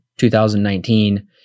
2019